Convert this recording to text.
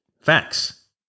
facts